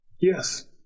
Yes